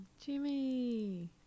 Jimmy